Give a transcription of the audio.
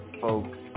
folks